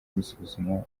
gusuzumwa